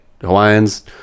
hawaiians